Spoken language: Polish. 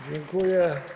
Dziękuję.